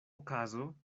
okazo